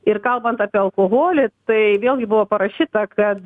ir kalbant apie alkoholį tai vėlgi buvo parašyta kad